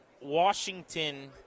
Washington